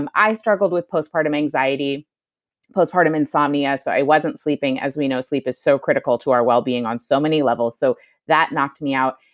um i struggled with postpartum anxiety postpartum insomnia, so i wasn't sleeping. as we know, sleep is so critical to our wellbeing on so many levels. so that knocked me out.